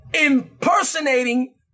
impersonating